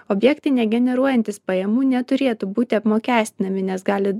objektai negeneruojantys pajamų neturėtų būti apmokestinami nes gali